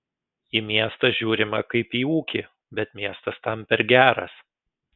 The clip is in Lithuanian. į miestą žiūrima kaip į ūkį bet miestas tam per geras